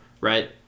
Right